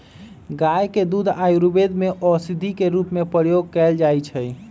गाय के दूध के आयुर्वेद में औषधि के रूप में प्रयोग कएल जाइ छइ